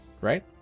right